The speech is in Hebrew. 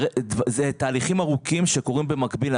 אלה תהליכים ארוכים שקורים במקביל.